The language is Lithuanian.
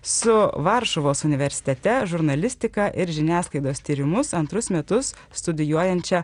su varšuvos universitete žurnalistiką ir žiniasklaidos tyrimus antrus metus studijuojančia